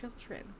children